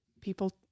people